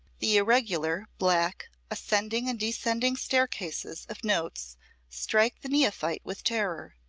the irregular, black, ascending and descending staircases of notes strike the neophyte with terror.